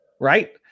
right